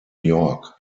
york